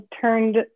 turned